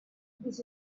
this